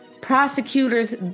prosecutors